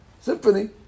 symphony